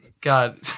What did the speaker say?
God